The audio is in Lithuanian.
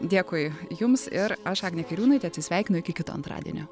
dėkui jums ir aš agnė kairiūnaitė atsisveikinu iki kito antradienio